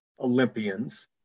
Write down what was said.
Olympians